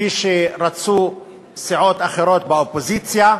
כפי שרצו סיעות אחרות באופוזיציה.